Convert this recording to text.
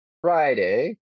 Friday